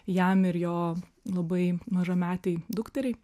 jam ir jo labai mažametei dukteriai